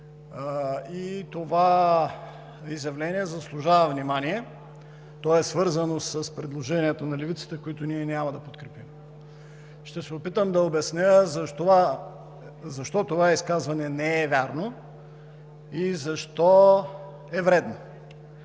Това изявление заслужава внимание, то е свързано с предложението на Левицата, което ние няма да подкрепим. Ще се опитам да обясня защо това изказване не е вярно и защо е вредно.